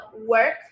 work